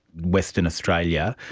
western australia,